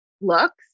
looks